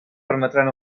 permetran